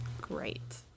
Great